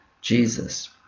Jesus